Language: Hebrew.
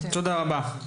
תודה רבה.